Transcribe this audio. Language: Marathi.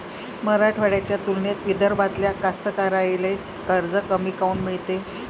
मराठवाड्याच्या तुलनेत विदर्भातल्या कास्तकाराइले कर्ज कमी काऊन मिळते?